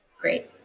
Great